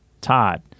Todd